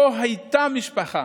לא הייתה משפחה